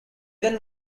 then